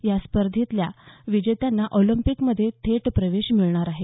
या स्पर्धेतल्या विजेत्यांना ऑलिम्पिकमध्ये थेट प्रवेश मिळणार आहे